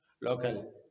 local